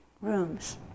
rooms